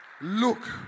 Look